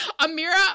Amira